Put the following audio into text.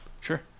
Sure